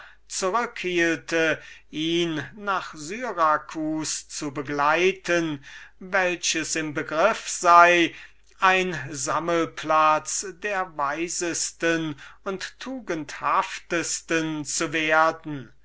ihm nach syracus zu folgen welches nunmehr im begriff sei der sammelplatz der weisesten und tugendhaftesten zu werden